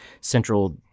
central